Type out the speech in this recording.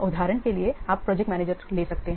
उदाहरण के लिए आप प्रोजेक्ट मैनेजर ले सकते हैं